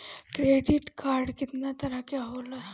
Credit card कितना तरह के होला?